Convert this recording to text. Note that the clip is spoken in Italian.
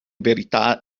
verità